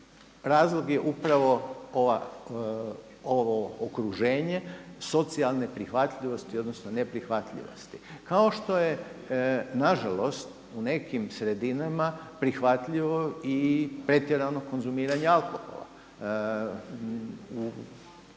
razlog je upravo ovo okruženje socijalne prihvatljivosti, odnosno neprihvatljivosti. Kao što je na žalost u nekim sredinama prihvatljivo i pretjerano konzumiranje alkohola. Dakle,